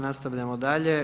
Nastavljamo dalje.